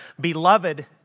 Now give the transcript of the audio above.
Beloved